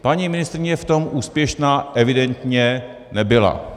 Paní ministryně v tom úspěšná evidentně nebyla.